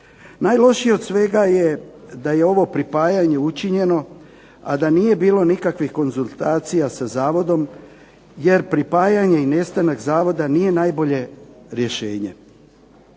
Najlošije od svega je da je ovo pripajanje učinjeno a da nije bilo nikakvih konzultacija sa Zavodom, jer pripajanje i nestanak zavoda nije najbolje rješenje.